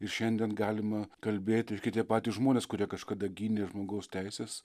ir šiandien galima kalbėti irgi tie patys žmonės kurie kažkada gynė žmogaus teises